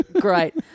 Great